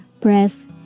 press